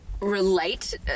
relate